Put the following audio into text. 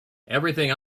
everything